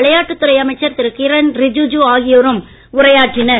விளையாட்டுத் துறை அமைச்சர் திரு கிரண் ரிஜிஜு ஆகியோரும் உரையாற்றினர்